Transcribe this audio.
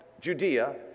Judea